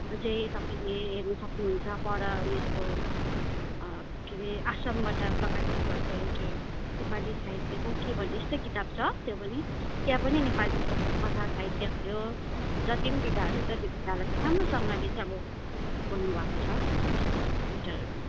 त्यो चाहिँ तपाईँले हेर्नु सक्नु हुन्छ पर उयसको के हेरे असमबाट प्रकाशित भएको एउटा नेपाली साहित्यको के भन्ने यस्तै किताब छ त्यो पनि त्यहाँ पनि नेपालीको कथा साहित्य भयो जति विधाहरू छ त्यो विधालाई चाहिँ राम्रोसँगले चाहिँ अब बोल्नु भएको छ लेटरहरू